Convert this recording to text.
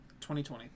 2020